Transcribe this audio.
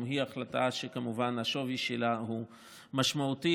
גם היא החלטה שכמובן השווי שלה הוא משמעותי,